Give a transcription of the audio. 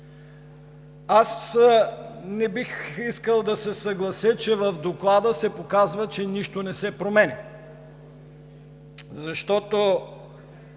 Аз не бих искал да се съглася, че в Доклада се показва, че нищо не се променя. Той